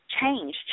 change